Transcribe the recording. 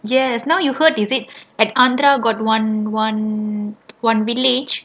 yes now you heard is it at andhra got one one one village